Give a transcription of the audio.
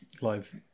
live